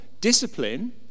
discipline